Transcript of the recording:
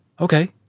okay